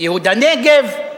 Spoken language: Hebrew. "ייהוד הנגב".